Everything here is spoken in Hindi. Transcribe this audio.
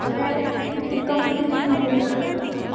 मैं किसी कंपनी में नौकरी करना चाहता हूँ